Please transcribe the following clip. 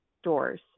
stores